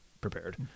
prepared